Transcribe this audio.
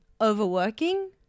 overworking